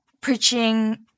preaching